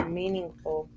meaningful